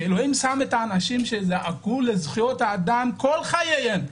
שאלוהים שם את האנשים שזעקו לזכויות האדם כל חייהם,